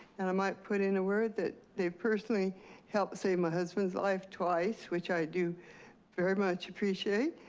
and i might put in a word that they personally helped save my husband's life twice. which i do very much appreciate.